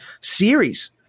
series